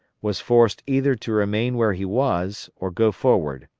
was forced either to remain where he was or go forward.